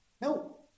No